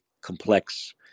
complex